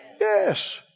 Yes